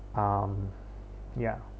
um ya